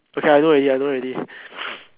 okay I know already I know already